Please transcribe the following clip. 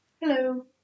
Hello